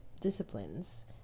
disciplines